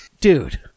dude